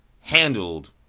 handled